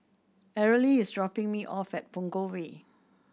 Arely is dropping me off at Punggol Way